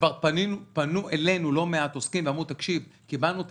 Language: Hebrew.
פנו אלינו לא מעט עסקים ואמרו: קיבלנו את